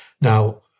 now